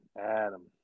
Adam